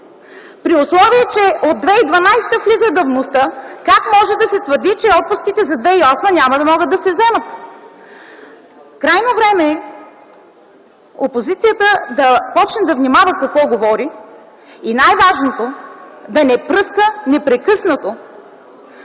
При условие че от 2012 г. влиза давността, как може да се твърди, че отпуските за 2008 г. няма да могат да се вземат? Крайно време е опозицията да започне да внимава какво говори и, най-важното, да не пръска непрекъснато